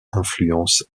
influencent